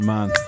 Man